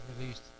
released